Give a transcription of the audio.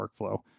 workflow